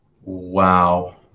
Wow